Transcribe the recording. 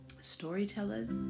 storytellers